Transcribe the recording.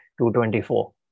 2.24